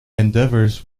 endeavours